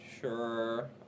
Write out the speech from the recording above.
Sure